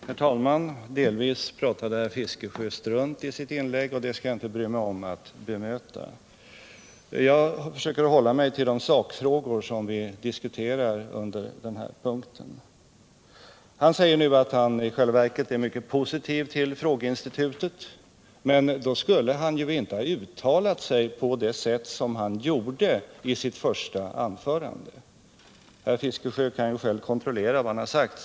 Herr talman! Delvis pratade herr Fiskesjö strunt i sitt inlägg, och det skall jaginte bry mig om att bemöta. Jag försöker att hålla mig till de sakfrågor som vi diskuterar under den här punkten. Herr Fiskesjö säger nu att han i själva verket är mycket positiv till frågeinstitutet. Men då skulle han ju inte ha uttalat sig på det sätt som han gjorde i sitt första anförande. Herr Fiskesjö kan ju själv i protokollet kontrollera vad han har sagt.